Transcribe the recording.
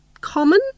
common